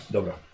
Dobra